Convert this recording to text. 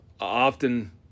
Often